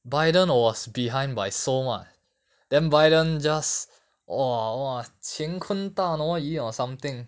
biden was behind by so much then biden just !wah! !wah! 乾坤大挪移 or something